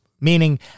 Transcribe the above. meaning